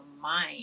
mind